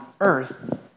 earth